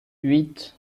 huit